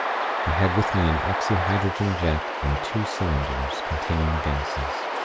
i had with me an oxy-hydrogen jet, and two cylinders, containing the gases.